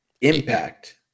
impact